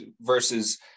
versus